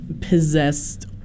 possessed